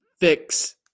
fix